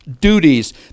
duties